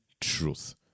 truth